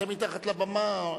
אתם מתחת לבמה.